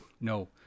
No